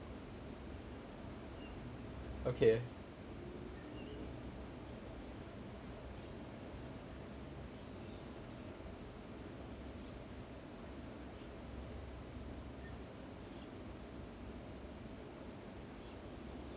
okay